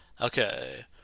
Okay